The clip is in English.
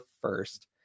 first